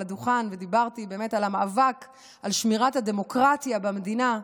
הדוכן ודיברתי על המאבק לשמירת הדמוקרטיה במדינה,